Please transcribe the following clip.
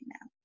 now